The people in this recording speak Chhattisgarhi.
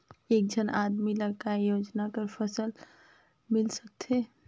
एक झन आदमी ला काय योजना कर फायदा मिल सकथे?